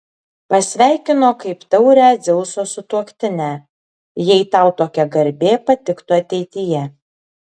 pasveikino kaip taurią dzeuso sutuoktinę jei tau tokia garbė patiktų ateityje